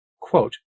Quote